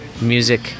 music